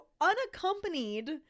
unaccompanied